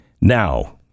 Now